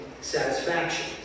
satisfaction